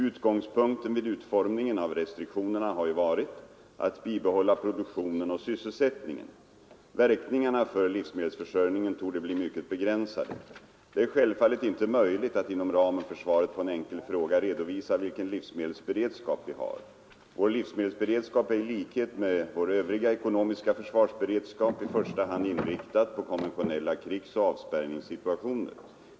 Utgångspunkten vid utformningen av restriktionerna har ju varit att bibehålla produktionen och sysselsättningen. Verkningarna för livsmedelsförsörjningen torde bli mycket begränsade. Det är självfallet inte möjligt att inom ramen för svaret på en enkel fråga redovisa vilken livsmedelsberedskap vi har. Vår livsmedelsberedskap är i likhet med vår övriga ekonomiska försvarsberedskap i första hand inriktad på konventionella krigsoch avspärrningssituationer.